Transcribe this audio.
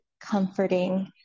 comforting